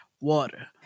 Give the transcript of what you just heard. Water